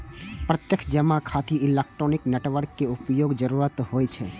प्रत्यक्ष जमा खातिर इलेक्ट्रॉनिक नेटवर्क के उपयोगक जरूरत होइ छै